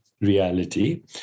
reality